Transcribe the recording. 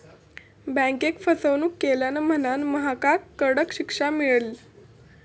बँकेक फसवणूक केल्यान म्हणांन महकाक कडक शिक्षा मेळली